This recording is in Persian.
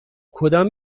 کدام